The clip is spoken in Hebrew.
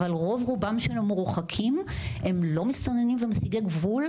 אבל רוב רובם של המורחקים הם לא מסתננים ומסיגי גבול,